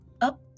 up